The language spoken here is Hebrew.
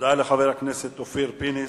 תודה לחבר הכנסת אופיר פינס-פז.